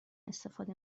استفاده